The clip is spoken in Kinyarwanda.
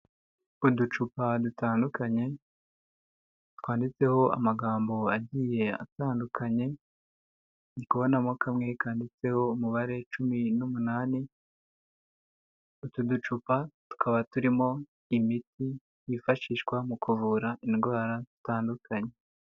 Uducupa dutandukanye, twanditseho amagambo agiye atandukanye, ndi kubonamo kamwe kanditseho umubare cumi n'umunani, utu ducupa tukaba turimo imiti yifashishwa mu kuvura indwara zitandukanye.